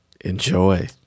Enjoy